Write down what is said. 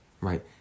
right